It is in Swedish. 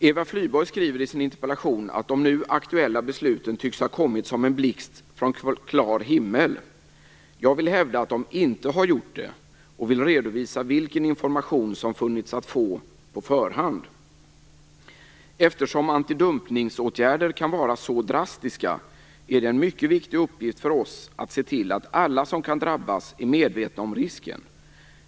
Eva Flyborg skriver i sin interpellation att de nu aktuella besluten tycks ha kommit som en blixt från klar himmel. Jag vill hävda att de inte har gjort det och vill redovisa vilken information som funnits att få på förhand. Eftersom antidumpningsåtgärder kan vara så drastiska är det en mycket viktig uppgift för oss att se till att alla som kan drabbas är medvetna om risken.